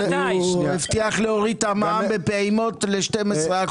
הוא הבטיח להוריד את המע"מ בפעימות ל-12%.